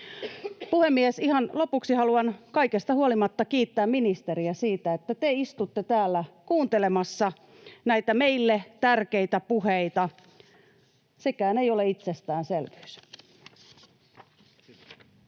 Puhemies! Ihan lopuksi haluan kaikesta huolimatta kiittää ministeriä siitä, että te istutte täällä kuuntelemassa näitä meille tärkeitä puheita. Sekään ei ole itsestäänselvyys. [Speech